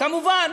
כמובן,